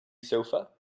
sofa